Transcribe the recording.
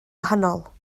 wahanol